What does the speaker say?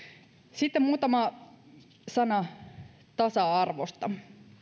sitten muutama sana tasa arvosta